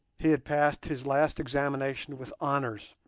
he had passed his last examination with honours,